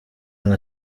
nka